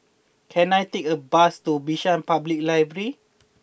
can I take a bus to Bishan Public Library